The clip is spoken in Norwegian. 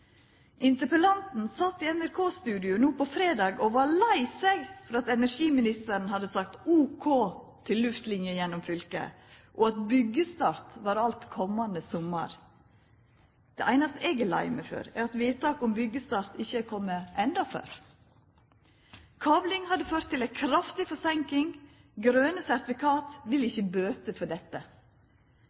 Interpellanten sat i eit NRK-studio no på fredag og var lei seg fordi energiministeren hadde sagt ok til luftlinje gjennom fylket, og at byggjestart var alt komande sommar. Det einaste eg er lei meg for, er at vedtaket om byggjestart ikkje er kome før. Kabling hadde ført til ei kraftig forseinking. Grøne sertifikat vil ikkje bøta på dette.